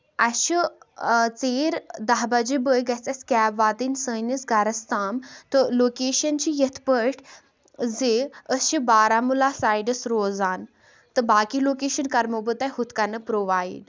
اَسہِ چھُ ژیٖرۍ دہ بَجہِ بٲگۍ گژھِ اَسہِ کیب واتٕنۍ سٲنِس گرَس تام تہٕ لوکیشن چھِ یِتھ پٲٹھۍ زِ أسۍ چھِ بارہمولہ سایڈَس روزان تہٕ باقٕے لوکیشن کَرہو بہٕ تۄہہِ یُتھ کٔنۍ پرووایڈ